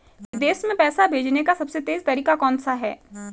विदेश में पैसा भेजने का सबसे तेज़ तरीका कौनसा है?